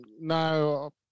no